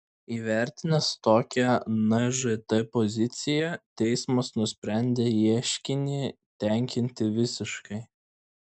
įvertinęs tokią nžt poziciją teismas nusprendė ieškinį tenkinti visiškai